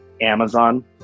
Amazon